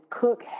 Cook